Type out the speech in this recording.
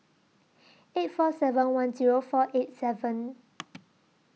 eight four seven one Zero four eight seven